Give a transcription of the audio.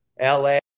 LA